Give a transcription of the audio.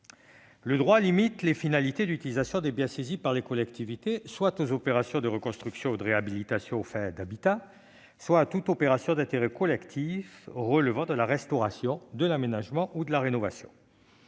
Le droit limite les finalités d'utilisation des biens saisis par les collectivités soit aux opérations de reconstruction ou de réhabilitation aux fins d'habitat, soit à toute opération d'intérêt collectif relevant de la restauration, de l'aménagement ou de la rénovation.